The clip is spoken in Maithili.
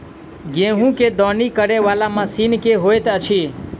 गेंहूँ केँ दौनी करै वला मशीन केँ होइत अछि?